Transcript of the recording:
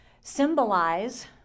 symbolize